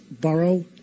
borough